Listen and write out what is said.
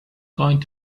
going